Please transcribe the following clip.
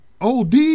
OD